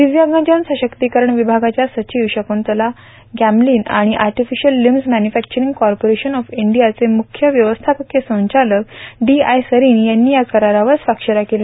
दिव्यांगजन सशक्तीकरण विभागाच्या सचिव शक्तंतला गॅम्लीन आणि artificial limbs manufacturing corporation of India चे मुख्य व्यवस्थापकीय संचालक डी आय सरीन यांनी या करारावर स्वाक्षऱ्या केल्या